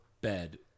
bed